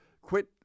Quit